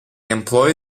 employ